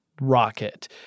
rocket